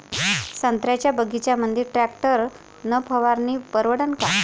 संत्र्याच्या बगीच्यामंदी टॅक्टर न फवारनी परवडन का?